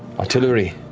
artillery,